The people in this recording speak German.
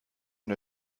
und